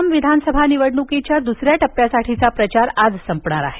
आसाम विधानसभा निवडणुकीच्या दुसऱ्या टप्प्यासाठीचा प्रचार आज संपणार आहे